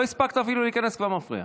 לא הספקת אפילו להיכנס, כבר מפריע.